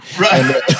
right